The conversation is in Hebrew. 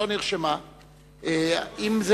לא, אין לו שאלה נוספת.